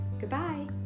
Goodbye